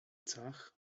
zach